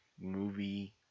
movie